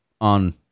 on